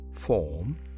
form